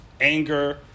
anger